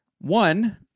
One